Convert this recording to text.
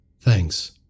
Thanks